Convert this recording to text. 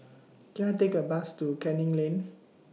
Can I Take A Bus to Canning Lane